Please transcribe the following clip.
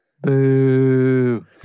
Boo